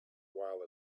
while